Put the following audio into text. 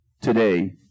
today